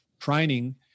training